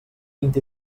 vint